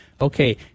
Okay